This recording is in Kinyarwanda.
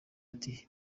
ati